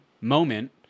moment